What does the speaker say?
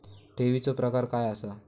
ठेवीचो प्रकार काय असा?